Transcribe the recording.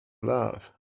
love